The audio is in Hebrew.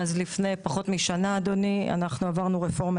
לפני פחות משנה עברנו רפורמה